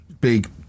big